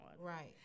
Right